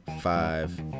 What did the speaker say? five